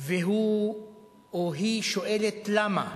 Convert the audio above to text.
והוא או היא שואלים: למה?